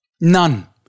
None